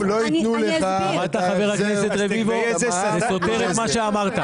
זה סותר את מה שאמרת.